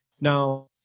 Now